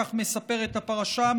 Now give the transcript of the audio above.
כך מספרת הפרשה,